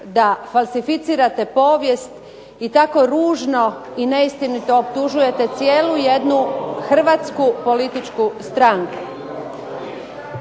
da falsificirate povijest i tako ružno i neistinito optužujete cijelu jednu hrvatsku političku stranku.